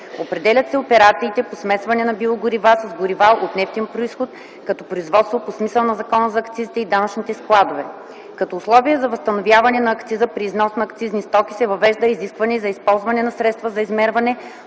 определят се операциите по смесване на биогорива с горива от нефтен произход като производство по смисъла на Закона за акцизите и данъчните складове; – като условие за възстановяване на акциза при износ на акцизни стоки се въвежда изискване за използване на средства за измерване,